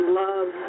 love